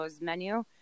menu